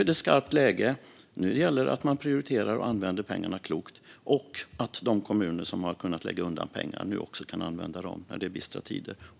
är det skarpt läge. Nu gäller det att man prioriterar och använder pengarna klokt och att de kommuner som har kunnat lägga undan pengar kan använda dem nu när det är bistra tider.